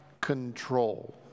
control